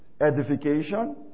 edification